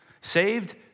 saved